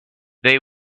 they